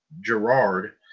Gerard